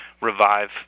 revive